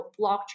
blockchain